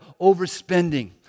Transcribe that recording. overspending